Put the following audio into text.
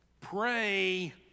Pray